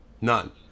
None